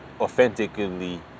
authentically